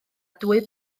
dwy